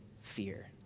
fear